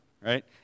right